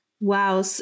Wow